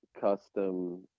custom